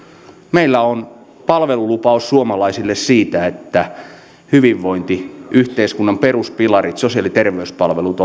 meillä on palvelulupaus suomalaisille siitä että hyvinvointiyhteiskunnan peruspilarit sosiaali ja terveyspalvelut